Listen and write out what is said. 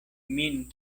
min